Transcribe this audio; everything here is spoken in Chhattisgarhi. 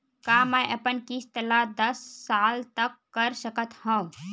का मैं अपन किस्त ला दस साल तक कर सकत हव?